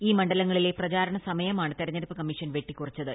ഈ മണ്ഡലങ്ങളിലെ പ്രചാരണസമയമാണ് തിരഞ്ഞെടുപ്പ് കമ്മീഷൻ വെട്ടിക്കുറച്ചത്